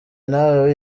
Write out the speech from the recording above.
nawe